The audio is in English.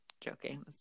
joking